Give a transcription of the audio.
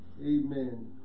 Amen